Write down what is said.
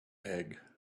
egg